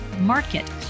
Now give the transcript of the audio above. market